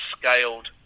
scaled